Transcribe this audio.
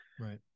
Right